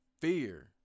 fear